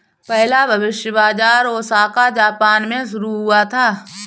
पहला भविष्य बाज़ार ओसाका जापान में शुरू हुआ था